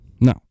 No